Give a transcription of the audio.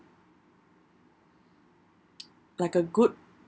like a good